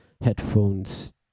headphones